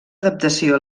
adaptació